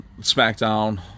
SmackDown